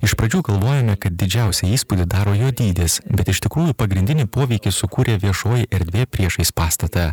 iš pradžių galvojome kad didžiausią įspūdį daro jo dydis bet iš tikrųjų pagrindinį poveikį sukūrė viešoji erdvė priešais pastatą